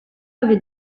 avait